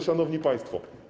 Szanowni Państwo!